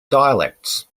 dialects